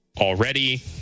already